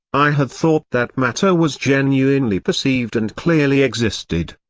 i had thought that matter was genuinely perceived and clearly existed.